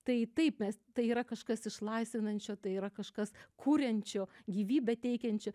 tai taip mes tai yra kažkas išlaisvinančio tai yra kažkas kuriančio gyvybę teikiančio